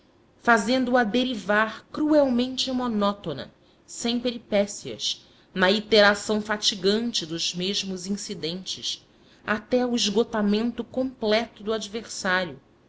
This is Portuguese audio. anterior fazendo-a derivar cruelmente monótona sem peripécias na iteração fatigante dos mesmos incidentes até ao esgotamento completo do adversário